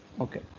Okay